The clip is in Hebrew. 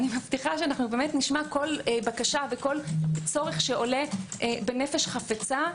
אני מבטיחה שנשמע כל בקשה וכל צורך שעולה בנפש חפצה.